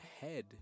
head